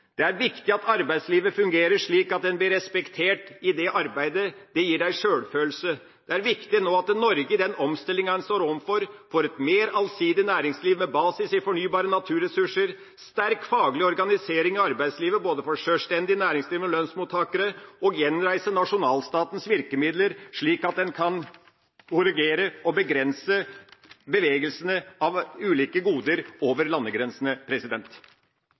Det er viktig at arbeidslivet fungerer, slik at en blir respektert i arbeidet. Det gir deg sjølfølelse. Det er viktig at Norge i den omstillinga en står overfor, får et mer allsidig næringsliv – med basis i fornybare naturressurser og sterk faglig organisering av arbeidslivet, både for sjølstendig næringsdrivende og for lønnsmottakere – og gjenreiser nasjonalstatens virkemidler, slik at en kan korrigere og begrense bevegelsene av ulike goder over landegrensene.